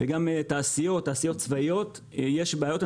גם בתעשיות, תעשיות צבאיות יש בעיות.